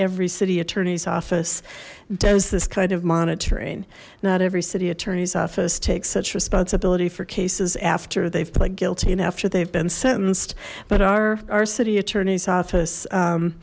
every city attorney's office does this kind of monitoring not every city attorney's office takes such responsibility for cases after they've played guilty and after they've been sentenced but our our city attorney's office